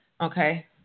Okay